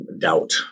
doubt